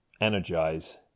Energize